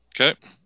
Okay